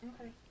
okay